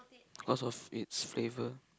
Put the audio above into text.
cause of it's flavour